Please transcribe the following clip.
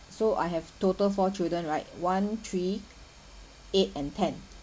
so I have total four children right one three eight and ten